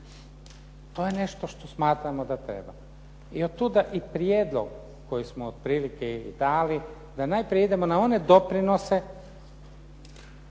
To je nešto što smatramo da treba. I od tuda i prijedlog koji smo otprilike i dali da najprije idemo na one doprinose